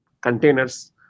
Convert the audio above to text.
containers